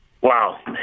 Wow